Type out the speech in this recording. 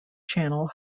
channel